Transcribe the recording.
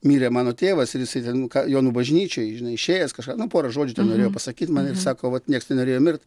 mirė mano tėvas ir jisai ten nu ką jonų bažnyčioj žinai išėjęs kažką nu porą žodžių ten norėjo pasakyt man sako vat niekas nenorėjo mirt